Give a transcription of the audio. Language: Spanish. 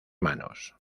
manos